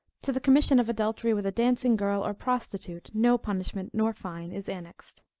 to the commission of adultery with a dancing girl, or prostitute, no punishment nor fine is annexed.